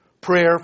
Prayer